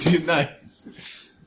Nice